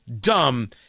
dumb